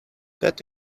that